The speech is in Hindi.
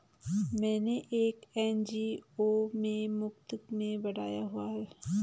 मैंने एक एन.जी.ओ में मुफ़्त में पढ़ाया हुआ है